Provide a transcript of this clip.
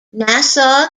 nassau